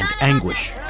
anguish